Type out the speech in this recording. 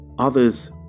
others